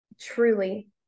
truly